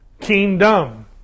kingdom